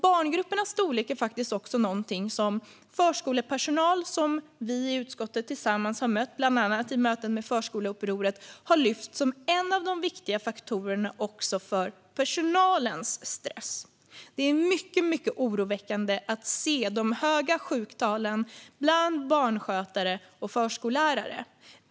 Barngruppernas storlek är faktiskt också någonting som förskolepersonal, som vi i utskottet tillsammans har mött, bland annat i samband med förskoleupproret, har lyft fram som en av de viktiga faktorerna för personalens stress. Det är mycket, mycket oroväckande att se de höga sjuktalen bland barnskötare och förskollärare.